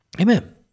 Amen